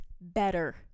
better